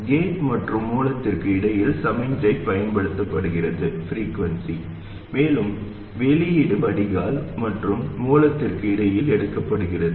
gate மற்றும் மூலத்திற்கு இடையில் சமிக்ஞை பயன்படுத்தப்படுகிறது மேலும் வெளியீடு வடிகால் மற்றும் மூலத்திற்கு இடையில் எடுக்கப்படுகிறது